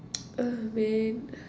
ah man